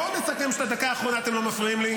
בואו נסכם שבדקה האחרונה אתם לא מפריעים לי.